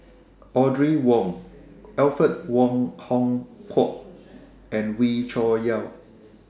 Audrey Wong Alfred Wong Hong Kwok and Wee Cho Yaw